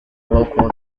local